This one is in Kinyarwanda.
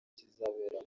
kizabera